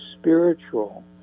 spiritual